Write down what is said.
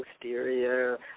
posterior